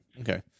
Okay